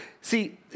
see